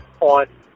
on